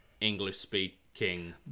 english-speaking